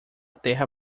terra